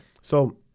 So-